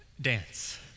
dance